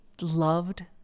loved